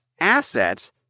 Assets